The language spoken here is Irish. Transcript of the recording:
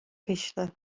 chiste